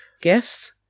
gifts